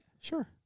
Sure